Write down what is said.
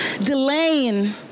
delaying